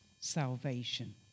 salvation